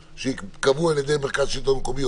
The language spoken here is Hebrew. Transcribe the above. שייקבעו על ידי מרכז השלטון המקומי.